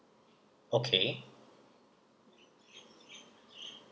okay